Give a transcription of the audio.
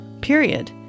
Period